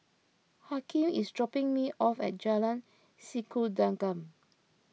Hakim is dropping me off at Jalan Sikudangan